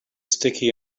sticky